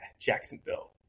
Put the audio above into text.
jacksonville